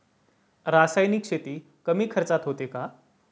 रासायनिक शेती कमी खर्चात होते का?